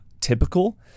typical